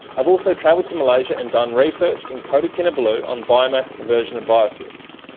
i've also travelled to malaysia and done research in kota kinabalu on biomass conversion and biofuels.